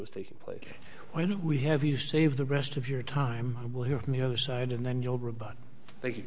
was taking place why don't we have you save the rest of your time we'll hear from the other side and then you'll